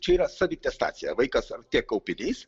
čia yra savitestacija vaikas ar tiek kaupianiais